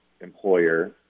employer